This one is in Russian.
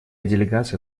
делегация